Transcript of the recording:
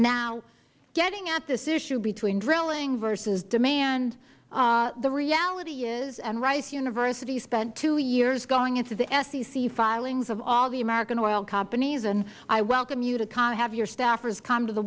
now getting at this issue between drilling versus demand the reality is and rice university spent two years going into the sec filings of all the american oil companies and i welcome you to have your staffers to come to the